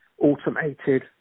automated